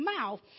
mouth